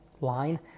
line